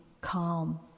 calm